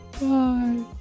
Bye